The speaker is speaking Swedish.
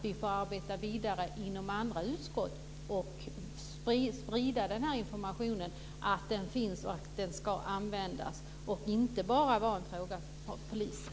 Vi får arbeta vidare inom andra utskott, och vi får sprida att den här informationen finns och ska användas och inte bara vara en fråga för polisen.